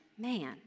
man